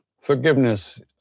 forgiveness